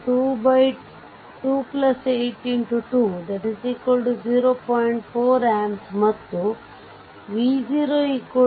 4amps ಮತ್ತು v08xi8x0